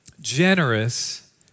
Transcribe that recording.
generous